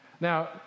Now